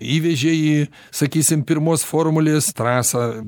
įvežė į sakysim pirmos formulės trasą